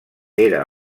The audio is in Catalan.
era